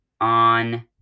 on